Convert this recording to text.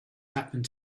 happened